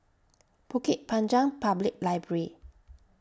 Bukit Panjang Public Library